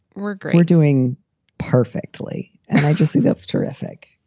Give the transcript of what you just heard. we're. we're doing perfectly. and i just think that's terrific